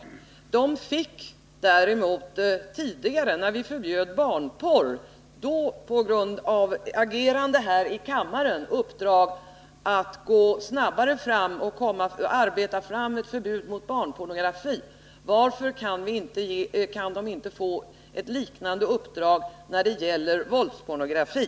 Utredningen fick däremot tidigare, när vi förbjöd barnporr — och då på grund av agerande här i kammaren — i uppdrag att gå snabbare fram och utarbeta ett förslag till förbud mot barnpornografi. Varför kan den inte få ett liknande uppdrag när det gäller våldspornografi?